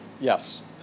Yes